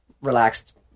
relaxed